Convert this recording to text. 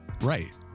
Right